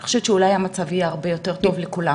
אני חושבת שאולי המצב יהיה הרבה יותר טוב לכולם.